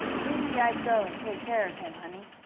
maybe i'd go and take care of him, honey.